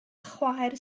chwaer